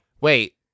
Wait